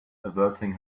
averting